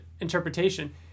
interpretation